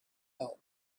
help